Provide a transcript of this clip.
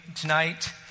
tonight